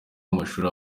amashuri